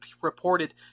reported